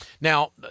Now